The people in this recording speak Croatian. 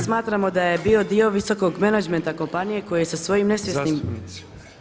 Smatramo da je bio dio visokog menadžmenta kompanije koja sa svojim nesvjesnim